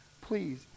please